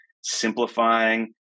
simplifying